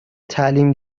تعلیم